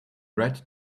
red